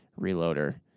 reloader